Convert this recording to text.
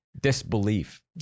Disbelief